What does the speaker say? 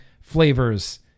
flavors